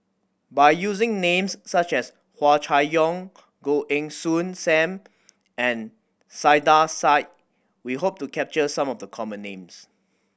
by using names such as Hua Chai Yong Goh Heng Soon Sam and Saiedah Said we hope to capture some of the common names